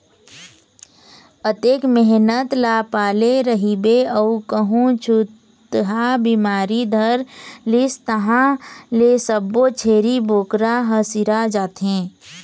अतेक मेहनत ल पाले रहिबे अउ कहूँ छूतहा बिमारी धर लिस तहाँ ले सब्बो छेरी बोकरा ह सिरा जाथे